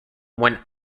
one